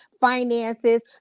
Finances